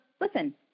Listen